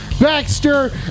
Baxter